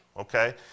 okay